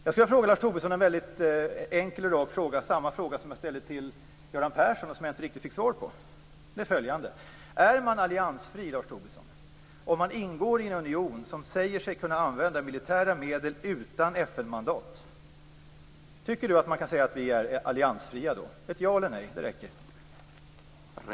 Jag skulle vilja ställa en väldigt enkel och rak fråga till Lars Tobisson, samma fråga som jag ställde till Göran Persson men som jag inte riktigt fick svar på: Är man alliansfri, Lars Tobisson, om man ingår i en union som säger sig kunna använda militära medel utan FN-mandat? Tycker du att man kan säga att vi är alliansfria då? Ett ja eller nej räcker.